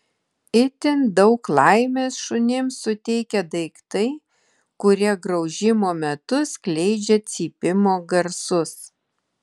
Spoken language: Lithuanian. itin daug laimės šunims suteikia daiktai kurie graužimo metu skleidžia cypimo garsus